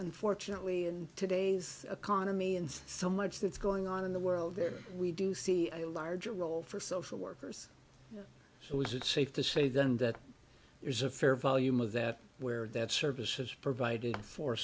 unfortunately in today's economy and so much that's going on in the world there we do see a larger role for social workers so is it safe to say then that there's a fair volume of that where that service is provided for